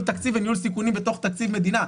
תקציב וניהול סיכונים בתוך תקציב מדינה,